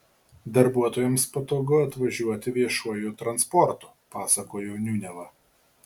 darbuotojams patogu atvažiuoti viešuoju transportu pasakojo niuneva